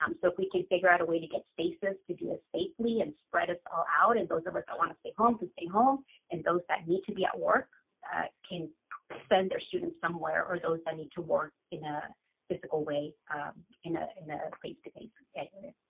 um so if we can figure out a way to get spaces to do this safely and spread us all out and those of us that want to stay home can stay home and those of us that need to be at work can send their students somewhere or those that need to work in a physical way in ah in a face-to-face area.